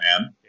man